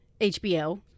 HBO